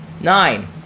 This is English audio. Nine